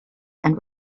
and